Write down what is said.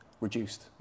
reduced